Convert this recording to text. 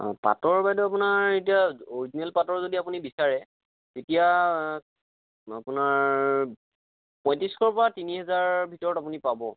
অঁ পাটৰ বাইদেউ আপোনাৰ এতিয়া অৰিজিনেল পাটৰ যদি আপুনি বিচাৰে তেতিয়া আপোনাৰ পঁয়ত্ৰিছশৰ পৰা তিনি হেজাৰ ভিতৰত আপুনি পাব